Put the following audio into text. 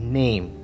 name